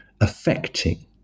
affecting